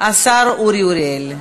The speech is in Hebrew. השר אורי אריאל.